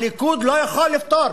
הליכוד לא יכול לפתור,